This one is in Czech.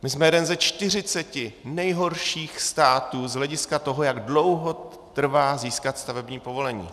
My jsme jeden ze 40 nejhorších států z hlediska toho, jak dlouho trvá získat stavební povolení.